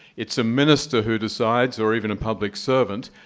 it's a minister who decides, or even a public servant.